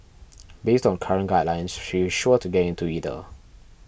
based on current guidelines she is sure to get into either